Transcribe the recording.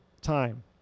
time